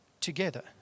together